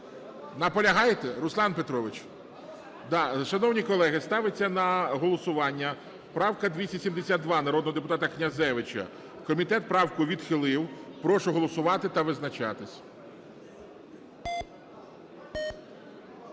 Наполягаєте? Руслан Петрович! Да. Шановні колеги, ставиться на голосування правка 272 народного депутата Князевича. Комітет правку відхилив. Прошу голосувати та визначатись.